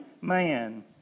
man